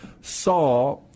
saw